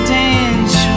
dance